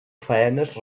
faenes